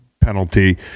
penalty